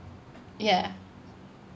ya